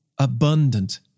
abundant